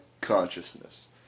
consciousness